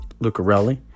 Lucarelli